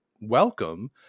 welcome